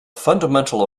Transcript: fundamental